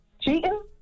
Cheating